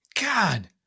God